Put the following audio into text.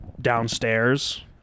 downstairs